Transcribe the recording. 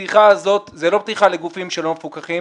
הפתיחה הזאת זה לא פתיחה לגופים לא מפוקחים.